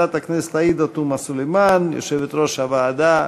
אני בעד.